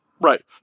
Right